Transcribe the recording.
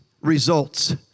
results